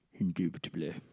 Indubitably